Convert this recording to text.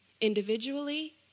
Individually